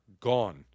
gone